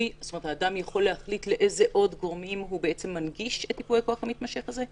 האדם יכול להחליט לאיזה עוד גורמים הוא מנגיש את ייפוי הכוח המתמשך הזה,